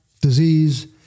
disease